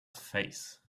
face